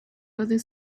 other